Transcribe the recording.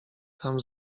tam